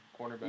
cornerback